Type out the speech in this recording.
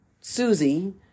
Susie